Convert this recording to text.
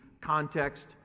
context